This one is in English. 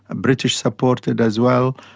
ah british supported as well,